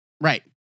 right